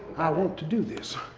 i want to do this.